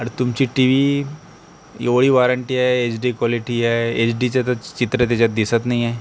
आणि तुमची T V एवढी वॉरेंटी आहे एच डी क्वॉलटि आहे एच डीचं तर चित्र दिसत नाही आहे